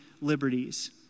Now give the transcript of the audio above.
liberties